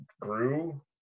grew